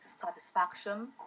satisfaction